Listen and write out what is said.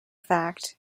fact